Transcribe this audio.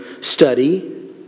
study